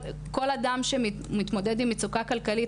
כל אדם שמתמודד עם מצוקה כלכלית,